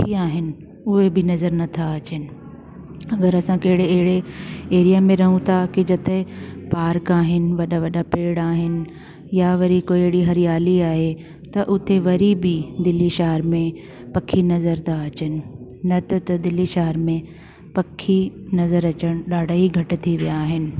पखी आहिनि उहे बि नज़र नथा अचनि अगरि असांखे अहिड़े एरिया में रहूं था की जिते पार्क आहिनि वॾा वॾा पेड़ आहिनि या वरी कोई अहिड़ी हरियाली आहे त उते वरी बि दिल्ली शहर में पखी नज़र था अचनि न त त दिल्ली शहर में पखी नज़र अचण ॾाढा ई घटि थी विया आहिनि